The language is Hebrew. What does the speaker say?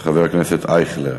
וחבר הכנסת אייכלר.